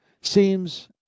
seems